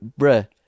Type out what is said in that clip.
bruh